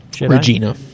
Regina